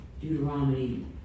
Deuteronomy